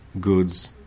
goods